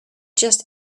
just